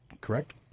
correct